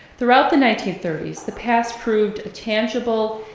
throughout the nineteen thirty s, the past proved tangible,